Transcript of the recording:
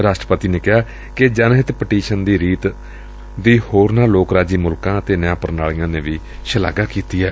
ਰਾਸ਼ਟਰਪਤੀ ਨੇ ਕਿਹਾ ਕਿ ਜਨ ਹਿੱਤ ਪਟੀਸ਼ਨ ਦੀ ਰੀਤ ਦੀ ਹੋਰਨਾਂ ਲੋਕ ਰਾਜੀ ਮੁਲਕਾਂ ਅਤੇ ਨਿਆਂ ਪ੍ਣਾਲੀਆਂ ਨੇ ਵੀ ਸ਼ਲਾਘਾ ਕੀਤੀ ਏ